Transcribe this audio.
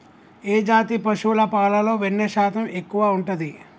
ఏ జాతి పశువుల పాలలో వెన్నె శాతం ఎక్కువ ఉంటది?